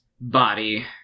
body